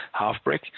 Halfbrick